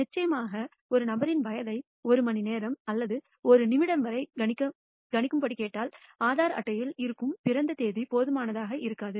நிச்சயமாக ஒரு நபரின் வயதை ஒரு மணிநேரம் அல்லது ஒரு நிமிடம் வரை கணிக்கும்படி கேட்டால் ஆதார் அட்டையில் இருக்கும் பிறந்த தேதி போதுமானதாக இருக்காது